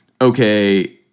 okay